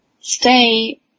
stay